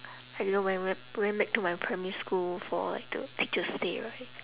I didn't went back went back to my primary school for like the teachers' day right